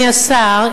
אדוני השר,